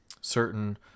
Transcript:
certain